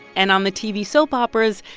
and on the tv soap operas,